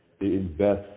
invest